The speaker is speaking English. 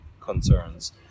concerns